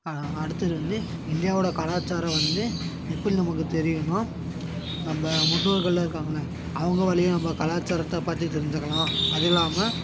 அடுத்தது வந்து இந்தியாவோடய கலாச்சாரம் வந்து எப்படி நமக்கு தெரியும்னா நம்ம முன்னோர்கள்லாம் இருக்காங்கல்ல அவங்க வழியா நம்ம கலாச்சாரத்தை பத்தி தெரிஞ்சுக்கலாம் அதுவும் இல்லாமல்